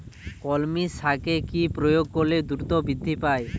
কলমি শাকে কি প্রয়োগ করলে দ্রুত বৃদ্ধি পায়?